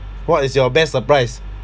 what is your best surprise